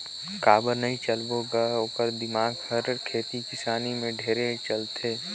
काबर नई चलबो ग ओखर दिमाक हर खेती किसानी में ढेरे चलथे